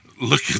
Look